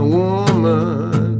woman